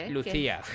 Lucía